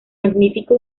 magnífico